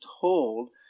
told